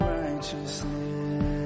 righteousness